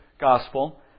Gospel